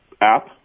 app